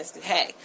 hey